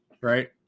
Right